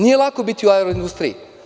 Nije lako biti u aero industriji.